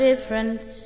Difference